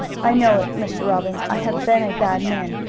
i know it, mr. robbins. i have been a bad man,